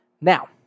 Now